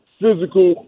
physical